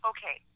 Okay